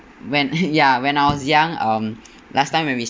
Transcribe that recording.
when ya when I was young um last time when we